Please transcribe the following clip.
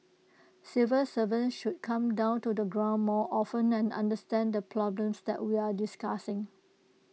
civil servants should come down to the ground more often and understand the problems that we're discussing